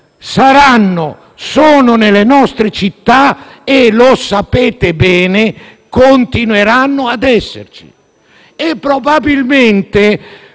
nullafacenti, sono nelle nostre città e - lo sapete bene - continueranno ad esserci. Probabilmente